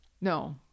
no